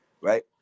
right